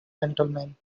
gentlemen